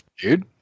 dude